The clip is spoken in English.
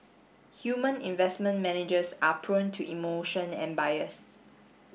human investment managers are prone to emotion and bias